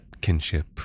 kinship